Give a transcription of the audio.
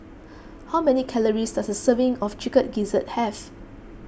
how many calories does a serving of Chicken Gizzard have